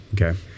okay